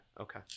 okay